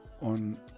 on